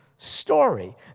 Story